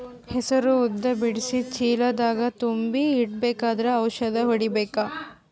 ಹೆಸರು ಉದ್ದ ಬಿಡಿಸಿ ಚೀಲ ದಾಗ್ ತುಂಬಿ ಇಡ್ಬೇಕಾದ್ರ ಔಷದ ಹೊಡಿಬೇಕ?